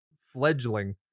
fledgling